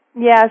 Yes